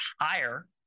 higher